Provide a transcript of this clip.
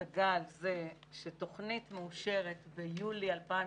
אני רוצה להביע השגה על זה שתוכנית מאושרת ביולי 2018